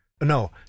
no